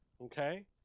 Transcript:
Okay